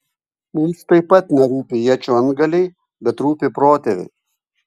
mums taip pat nerūpi iečių antgaliai bet rūpi protėviai